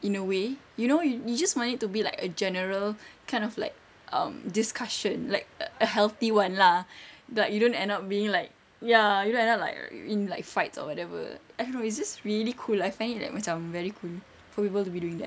in a way you know you you just want it to be like a general kind of like um discussion like a healthy one lah like you don't end up being like ya you know end up like in like fights or whatever I don't know it's just really cool I find it like macam very cool for people to be doing that